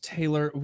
Taylor